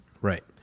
Right